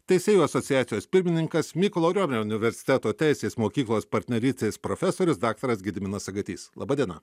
teisėjų asociacijos pirmininkas mykolo riomerio universiteto teisės mokyklos partnerystės profesorius daktaras gediminas agatys laba diena